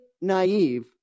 naive